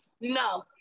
no